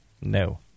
no